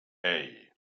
hey